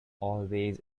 always